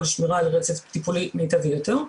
לשמירה על רצף טיפולי מיטבי יותר.